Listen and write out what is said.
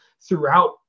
throughout